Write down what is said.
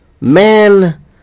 man